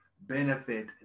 benefit